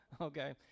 Okay